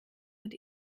mit